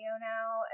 now